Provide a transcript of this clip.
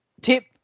Tip